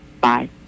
Bye